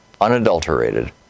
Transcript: unadulterated